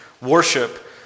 worship